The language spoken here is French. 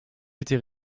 était